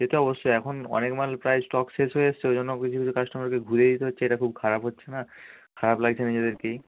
সেটা অবশ্যই এখন অনেক মাল প্রায় স্টক শেষ হয়ে এসছে ওই জন্য কিছু কিছু কাস্টোমারকে ঘুরে যেতে হচ্ছে এটা খুব খারাপ হচ্ছে না খারাপ লাগছে নিজেদেরকেই